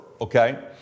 okay